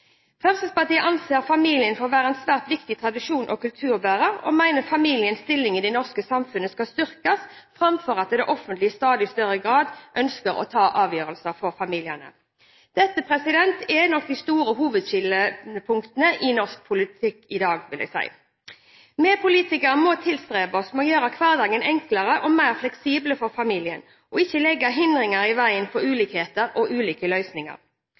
Fremskrittspartiet anser familien for å være en svært viktig tradisjons- og kulturbærer, og mener familiens stilling i det norske samfunnet skal styrkes framfor at det offentlige i stadig større grad ønsker å ta avgjørelser for familien. Dette er nok de store hovedskillepunktene i norsk politikk i dag, vil jeg si. Vi politikere må tilstrebe oss på å gjøre hverdagen enklere og mer fleksibel for familien og ikke legge hindringer i veien for ulikheter og ulike løsninger.